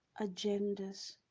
agendas